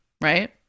right